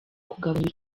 kugabanya